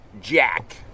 Jack